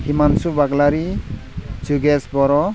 हिमान्सु बागलारि जुगेस बर'